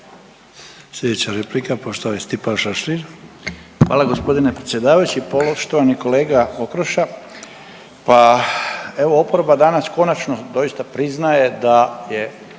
Stipan Šašlin. **Šašlin, Stipan (HDZ)** Hvala gospodine predsjedavajući. Poštovani kolega Okroša, pa evo oporba danas konačno doista priznaje da je